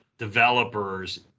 developers